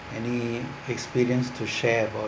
any experience to share about